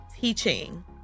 teaching